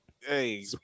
hey